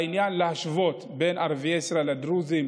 והעניין של להשוות בין ערביי ישראל לדרוזים,